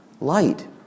light